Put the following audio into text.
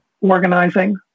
organizing